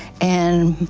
and